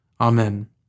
Amen